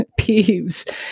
peeves